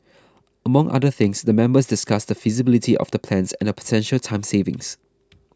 among other things the members discussed the feasibility of the plans and the potential time savings